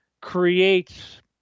creates